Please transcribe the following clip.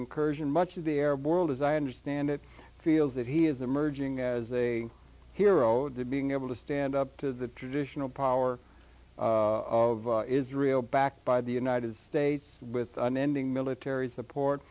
incursion much of the arab world as i understand it feels that he is emerging as a hero to being able to stand up to the traditional power of israel backed by the united states with an ending military support